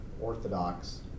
orthodox